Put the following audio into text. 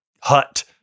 hut